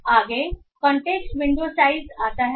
आगे context window size आता है